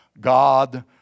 God